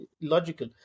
logical